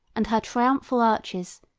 and her triumphal arches,